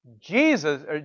Jesus